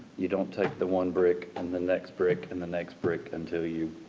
you don't take the one brick and the next brick and the next brick until you,